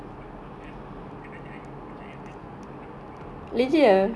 legit ah